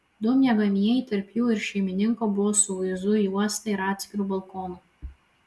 du miegamieji tarp jų ir šeimininko buvo su vaizdu į uostą ir atskiru balkonu